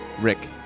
Rick